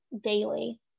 daily